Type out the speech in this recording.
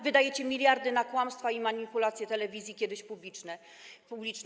Wydajecie miliardy na kłamstwa i manipulacje telewizji, kiedyś publicznej.